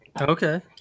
Okay